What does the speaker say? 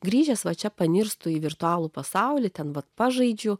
grįžęs va čia paniurstu į virtualų pasaulį ten vat pažaidžiau